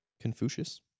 Confucius